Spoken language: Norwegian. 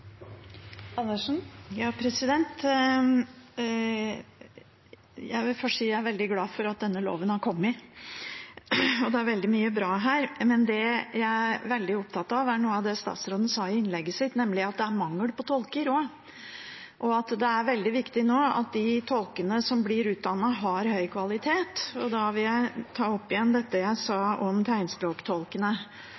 veldig glad for at denne loven har kommet, og det er veldig mye bra her. Men det jeg er veldig opptatt av, er noe av det statsråden sa i innlegget sitt, nemlig at det er mangel på tolker, og at det er veldig viktig at de tolkene som blir utdannet, leverer høy kvalitet. Da vil jeg ta opp igjen dette jeg sa